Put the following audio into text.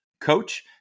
Coach